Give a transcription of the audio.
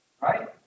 right